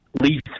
lease